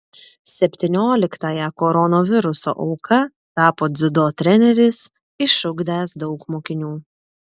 septynioliktąja koronaviruso auka tapo dziudo treneris išugdęs daug mokinių